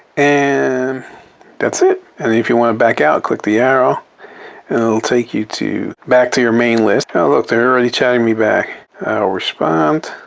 and that's it. and if you want to back out, click the arrow it'll take you to back to your main list. oh, look, they're already chatting me back. i'll respond,